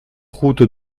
route